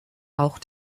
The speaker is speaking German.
auch